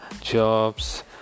jobs